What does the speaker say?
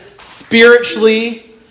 spiritually